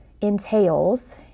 entails